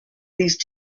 these